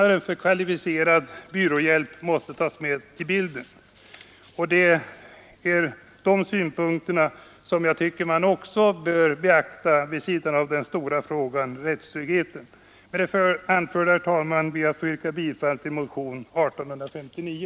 Dessa synpunkter tycker jag också bör beaktas vid sidan av den stora frågan — rättssäkerheten. Med det anförda ber jag, herr talman, att få yrka bifall till motionen 1859.